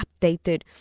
updated